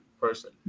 person